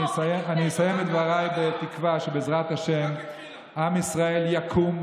אני אסיים את דבריי בתקווה שבעזרת השם עם ישראל יקום,